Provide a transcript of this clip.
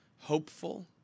hopeful